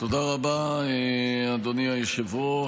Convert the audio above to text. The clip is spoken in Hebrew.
תודה רבה, אדוני היושב-ראש.